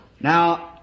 Now